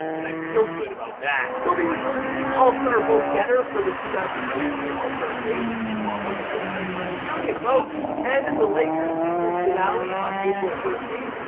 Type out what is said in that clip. and i feel good about that. kobe was the leading all-star vote-getter for the two thousand and sixteen all-star game in toronto with one point nine million votes and in the lakers season finale on april thirteenth,